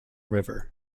river